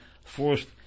forced